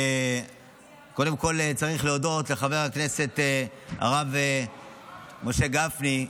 קודם כול צריך להודות לחבר הכנסת הרב משה גפני,